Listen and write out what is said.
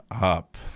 up